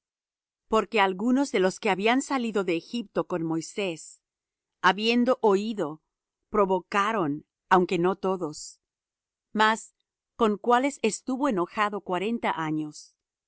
porque algunos de los que habían salido de egipto con moisés habiendo oído provocaron aunque no todos mas con cuáles estuvo enojado cuarenta años